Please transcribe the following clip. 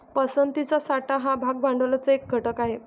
पसंतीचा साठा हा भाग भांडवलाचा एक घटक आहे